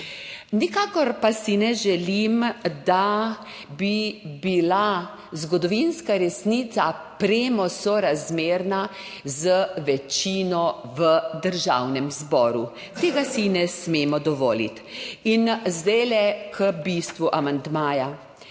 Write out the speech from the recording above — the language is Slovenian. Nikakor pa si ne želim, da bi bila zgodovinska resnica premosorazmerna z večino v Državnem zboru. Tega si ne smemo dovoliti. In zdaj k bistvu amandmaja.